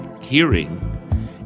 Hearing